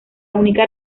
única